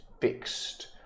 fixed